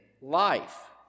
life